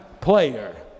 player